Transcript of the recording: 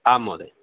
आम् महोदय